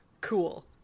cool